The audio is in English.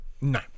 No